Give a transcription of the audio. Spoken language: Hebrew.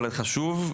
אבל חשוב,